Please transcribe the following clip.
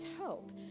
hope